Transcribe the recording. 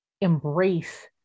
embrace